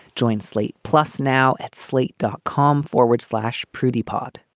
join slate plus now at slate dot com forward slash prudie pod